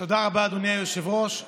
תודה רבה, אדוני-היושב ראש.